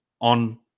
on